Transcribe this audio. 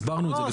הסברנו את זה.